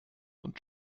und